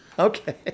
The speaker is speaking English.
okay